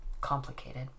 Complicated